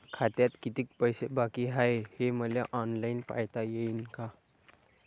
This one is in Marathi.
खात्यात कितीक पैसे बाकी हाय हे मले ऑनलाईन पायता येईन का?